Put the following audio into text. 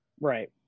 Right